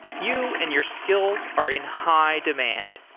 you and your skills are in high demand.